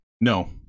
no